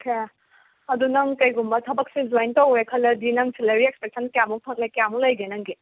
okay ꯑꯗꯨ ꯅꯪ ꯀꯩꯒꯨꯝꯕ ꯊꯕꯛꯁꯦ ꯖꯣꯏꯟ ꯇꯧꯔꯦ ꯈꯜꯂꯗꯤ ꯅꯪ ꯁꯦꯂꯔꯤ ꯑꯦꯛꯁꯄꯦꯛꯁꯟ ꯀꯌꯥꯃꯨꯛ ꯂꯩ ꯀꯌꯥꯃꯨꯛ ꯂꯩꯒꯦ ꯅꯪꯒꯤ